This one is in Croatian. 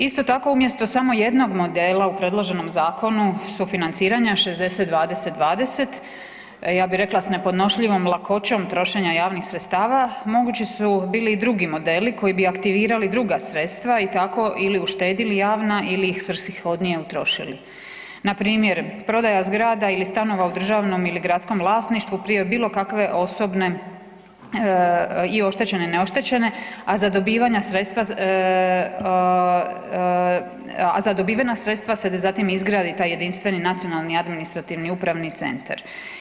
Isto tako umjesto samo jednog modela u predloženom Zakonu sufinanciranja 60-20-20, ja bih rekla s nepodnošljivom lakoćom trošenja javnih sredstava mogući su bili i drugi modeli koji bi aktivirali druga sredstva i tako ili uštedili javna, ili ih svrsishodnije utrošili, na primjer prodaja zgrada ili stanova u državnom ili gradskom vlasništvu prije bilo kakve osobne, i oštećene, i neoštećene, a za dobivanja sredstva, a za dobivena sredstva se zatim izgradi taj jedinstveni nacionalni administrativni upravni centar.